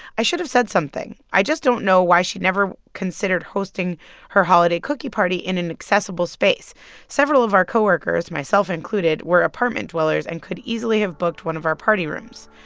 i should have said something. i just don't know why she never considered hosting her holiday cookie party in an accessible space several of our co-workers, myself included, were apartment dwellers and could easily have booked one of our party rooms.